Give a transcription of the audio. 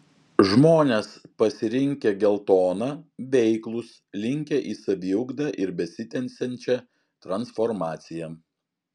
žmones pasirinkę geltoną veiklūs linkę į saviugdą ir besitęsiančią transformaciją